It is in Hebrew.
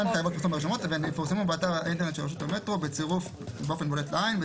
--- ברשומות ויפורסמו באתר האינטרנט של רשות המטרו באופן בולט לעין,